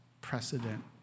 precedent